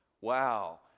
Wow